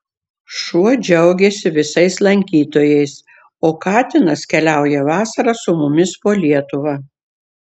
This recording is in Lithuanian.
šuo džiaugiasi visais lankytojais o katinas keliauja vasarą su mumis po lietuvą